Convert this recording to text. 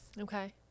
Okay